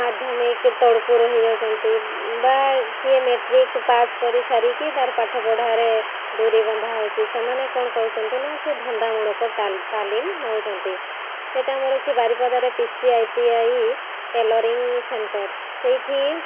ମାଧ୍ୟମିକ ତଳକୁ ରହିଯାଉଛନ୍ତି ବା କିଏ ମ୍ୟାଟ୍ରିକ୍ ପାସ୍ କରିସାରିକି ତାର ପାଠ ପଢ଼ାରେ ଡୋରି ବନ୍ଧା ହେଉଛି ସେମାନେ କ'ଣ କରୁଛନ୍ତି ନା ସେଇ ଧନ୍ଦାମୂଳକ ତାଲିମ ନେଉଛନ୍ତି ସେଇଟା ଆମର ଅଛି ବାରିପଦାରେ P C I T I tailoring centre ସେଇଠି